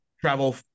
travel